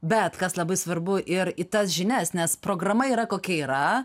bet kas labai svarbu ir į tas žinias nes programa yra kokia yra